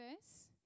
verse